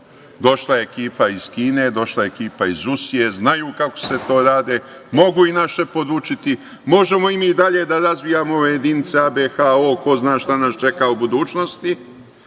to. Došla je ekipa iz Kine, došla je ekipa iz Rusije, znaju kako se to radi, mogu i naše podučiti, možemo i mi dalje da razvijamo ove jedinice ABHO, ko zna šta nas čeka u budućnosti